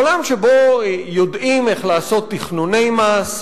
עולם שבו יודעים איך לעשות תכנוני מס,